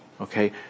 Okay